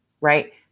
right